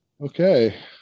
okay